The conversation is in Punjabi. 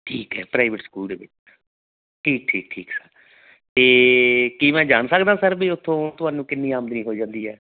ਠੀਕ ਹੈ ਪ੍ਰਾਈਵੇਟ ਸਕੂਲ ਦੇ ਵਿੱਚ ਠੀਕ ਠੀਕ ਠੀਕ ਅਤੇ ਕੀ ਮੈਂ ਜਾਣ ਸਕਦਾ ਸਰ ਵੀ ਉੱਥੋਂ ਤੁਹਾਨੂੰ ਕਿੰਨੀ ਆਮਦਨੀ ਹੋ ਜਾਂਦੀ ਹੈ